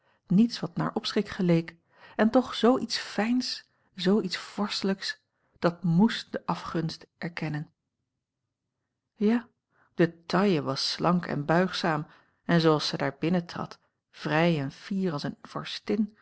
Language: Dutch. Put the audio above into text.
niets wat naar opschik geleek en toch zoo iets fijns zoo iets vorstelijks dat moest de afgunst erkennen ja de taille was slank en buigzaam en zooals ze daar binnentrad vrij en fier als eene vorstin